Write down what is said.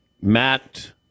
Matt